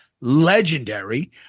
legendary